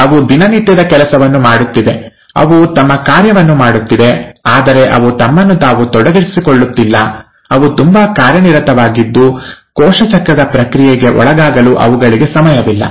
ಅವು ದಿನನಿತ್ಯದ ಕೆಲಸವನ್ನು ಮಾಡುತ್ತಿವೆ ಅವು ತಮ್ಮ ಕಾರ್ಯವನ್ನು ಮಾಡುತ್ತಿವೆ ಆದರೆ ಅವು ತಮ್ಮನ್ನು ತಾವು ತೊಡಗಿಸಿಕೊಳ್ಳುತ್ತಿಲ್ಲ ಅವು ತುಂಬಾ ಕಾರ್ಯನಿರತವಾಗಿದ್ದು ಕೋಶ ಚಕ್ರದ ಪ್ರಕ್ರಿಯೆಗೆ ಒಳಗಾಗಲು ಅವುಗಳಿಗೆ ಸಮಯವಿಲ್ಲ